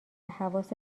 حواست